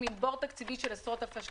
עם בור תקציבי של עשרות אלפי שקלים.